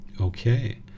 okay